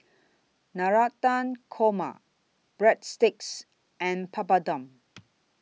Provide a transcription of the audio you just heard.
Navratan Korma Breadsticks and Papadum